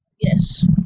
Yes